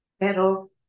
Pero